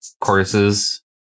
courses